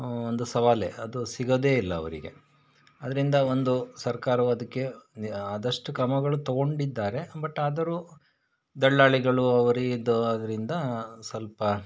ಒಂದು ಸವಾಲೆ ಅದು ಸಿಗೋದೆ ಇಲ್ಲ ಅವರಿಗೆ ಅದರಿಂದ ಒಂದು ಸರ್ಕಾರವು ಅದಕ್ಕೆ ಆದಷ್ಟು ಕ್ರಮಗಳು ತೊಗೊಂಡಿದ್ದಾರೆ ಬಟ್ ಆದರೂ ದಲ್ಲಾಳಿಗಳು ಅವರದ್ದು ಅವರಿಂದ ಸ್ವಲ್ಪ